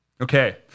Okay